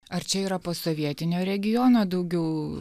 ar čia yra posovietinio regiono daugiau